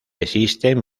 existen